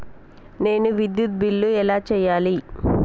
నేను విద్యుత్ బిల్లు ఎలా చెల్లించాలి?